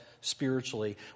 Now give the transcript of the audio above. spiritually